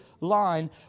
line